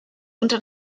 unter